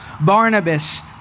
Barnabas